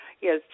Yes